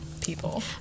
people